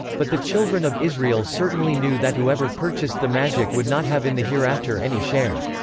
but the children of israel certainly knew that whoever purchased the magic would not have in the hereafter any share.